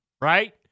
Right